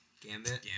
Gambit